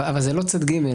אבל זה לא צד ג'.